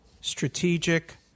strategic –